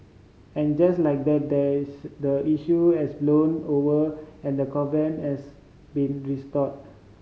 and just like that the the issue has blown over and the covenant has been restored